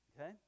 Okay